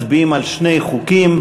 אנחנו מצביעים על שני חוקים.